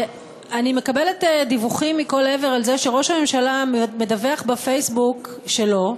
אני מקבלת דיווחים מכל עבר על זה שראש הממשלה מדווח בפייסבוק שלו,